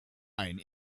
ein